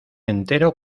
entero